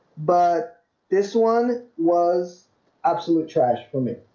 but this one was absolute trash for me